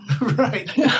Right